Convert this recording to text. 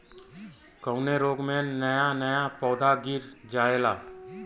कवने रोग में नया नया पौधा गिर जयेला?